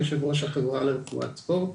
יושב ראש החברה לרפואת ספורט,